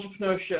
entrepreneurship